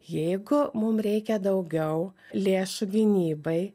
jeigu mum reikia daugiau lėšų gynybai